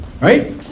right